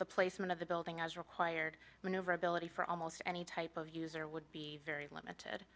the placement of the building as required when over ability for almost any type of user would be very limited